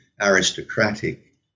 Aristocratic